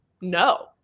No